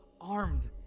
armed